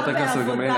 חברת הכנסת גמליאל,